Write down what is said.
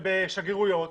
בשגרירויות,